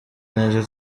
neza